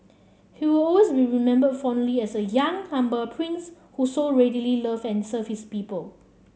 he will always be remembered fondly as a young humble prince who so readily loved and served his people